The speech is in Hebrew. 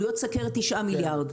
עלויות סוכרת 9 מיליארד.